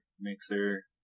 Mixer